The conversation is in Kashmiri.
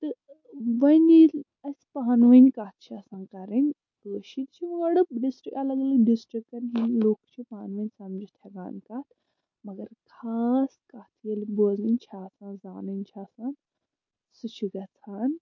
تہٕ وۄنۍ ییٚلہِ اَسہِ پانہٕ وٕنۍ کَتھ چھِ آسان کَرٕنۍ کٲشِرۍ چھِ یورٕ ڈِسٹرٛک الگ اَلگ ڈِسٹرکَن ہٕنٛدۍ لُکھ چھِ پانہٕ وٕنۍ سَمجِتھ ہیٚکان کَتھ مگر خاص کَتھ ییٚلہِ بوزٕنۍ چھِ آسان زانٕنۍ چھِ آسان سُہ چھُ گژھان